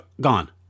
gone